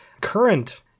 Current